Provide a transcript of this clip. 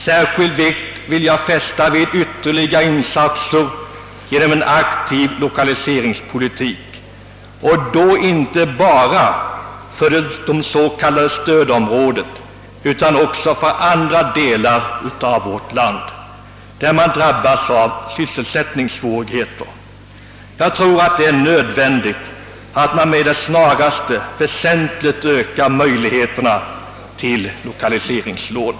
Särskild vikt vill jag fästa vid ytterligare insatser i form av en aktiv lokaliseringspolitik och då inte bara i fråga om det s.k. stödområdet utan också då det gäller andra delar av vårt land där människorna drabbas av sysselsättningssvårigheter. Jag tror att det är nödvändigt att med det snaraste väsentligt öka möjligheterna att få lokaliseringslån.